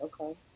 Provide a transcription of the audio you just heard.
Okay